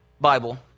Bible